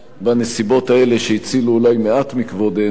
בנסיבות האלה, שהצילו אולי מעט מכבודנו.